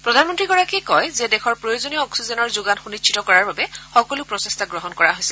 প্ৰধানমন্ত্ৰীয়ে কয় যে দেশৰ প্ৰয়োজনীয় অক্সিজেনৰ যোগান সুনিশ্চিত কৰাৰ বাবে সকলো প্ৰচেষ্টা গ্ৰহণ কৰা হৈছে